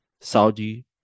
Saudi